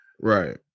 Right